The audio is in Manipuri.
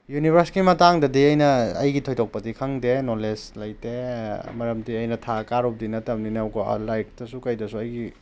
ꯌꯨꯅꯤꯚꯔꯁꯀꯤ ꯃꯇꯥꯡꯗꯗꯤ ꯑꯩꯅ ꯑꯩꯒꯤ ꯊꯣꯏꯗꯣꯛꯄꯗꯤ ꯈꯪꯗꯦ ꯅꯣꯂꯦꯖ ꯂꯩꯇꯦ ꯃꯔꯝꯗꯤ ꯑꯩꯅ ꯊꯥ ꯀꯥꯔꯨꯕꯗꯤ ꯅꯠꯇꯕꯅꯤꯅꯕ ꯀꯣ ꯂꯥꯏꯔꯤꯛꯇꯁꯨ ꯀꯩꯗꯁꯨ ꯑꯩꯒꯤ